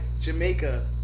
Jamaica